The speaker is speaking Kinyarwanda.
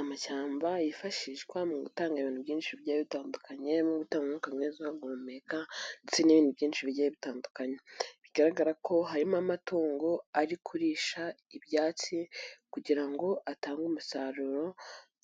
Amashyamba yifashishwa mu gutanga ibintu byinshi byari bitandukanye, nko gutanga umwuka mwiza guhumeka ndetse n'ibindi byinshi bigiye bitandukanye. Bigaragara ko harimo amatungo, ari kurisha ibyatsi kugirango atange umusaruro